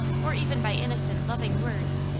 or even by innocent, loving words,